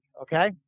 okay